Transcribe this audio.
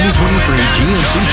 2023